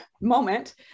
moment